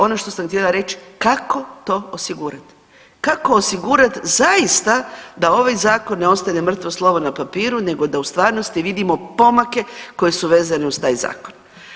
Ono što sam htjela reći kako to osigurati, kako osigurati zaista da ovaj zakon ne ostane mrtvo slovo na papiru nego da u stvarnosti vidimo pomake koji su vezani uz taj zakon.